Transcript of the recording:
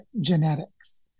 genetics